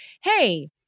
Hey